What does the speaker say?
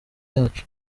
yacu